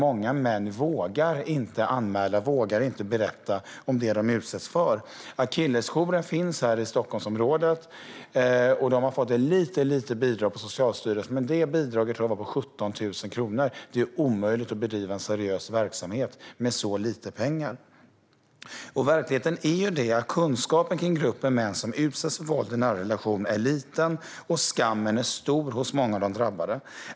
Många män vågar inte anmäla eller berätta om det de utsätts för. Akillesjouren finns här i Stockholmsområdet. Jouren har fått ett litet bidrag från Socialstyrelsen, men det bidraget var bara på 17 000 kronor. Det är omöjligt att bedriva en seriös verksamhet med så lite pengar. Verkligheten är den att kunskapen om gruppen män som utsätts för våld i nära relation är liten, och skammen är stor hos många av de drabbade.